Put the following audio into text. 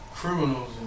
Criminals